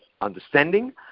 understanding